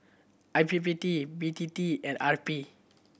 I P P T B T T and R P